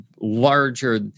larger